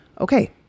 okay